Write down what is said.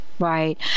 Right